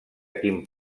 quin